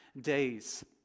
days